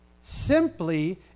simply